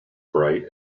bright